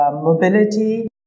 mobility